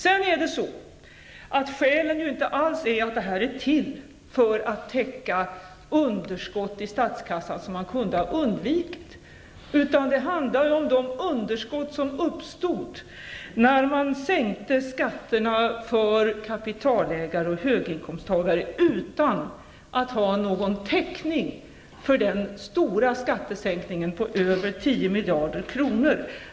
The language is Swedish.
Skälet är inte alls att underskott i statskassan skall täckas, som man kunde ha undvikit, utan det handlar om de underskott som uppstod när man sänkte skatterna för kapitalägare och höginkomsttagare utan att ha någon täckning för den stora skattesänkningen på över 10 miljarder kronor.